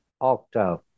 octave